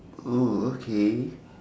oh okay